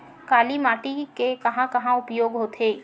काली माटी के कहां कहा उपयोग होथे?